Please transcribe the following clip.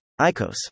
ICOS